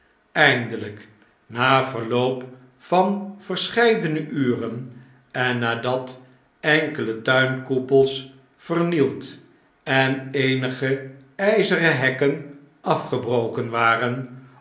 eindeln'k na verloop van verscheidene urenennadat enkele tuinkoepels vernield en eenige ijzeren hekken afgebroken waren